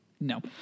No